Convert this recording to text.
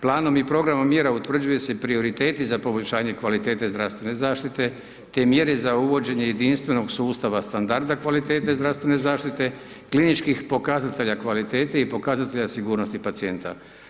Planom i programom mjera utvrđuje se prioriteti za poboljšanje kvalitete zdravstvene zaštite te mjere za uvođenje jedinstvenog sustava standarda kvalitete zdravstvene zaštite, kliničkih pokazatelja kvalitete i pokazatelja sigurnosti pacijenta.